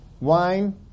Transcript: wine